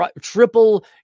triple